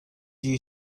you